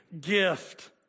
gift